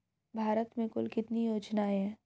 भारत में कुल कितनी योजनाएं हैं?